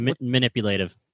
Manipulative